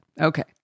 okay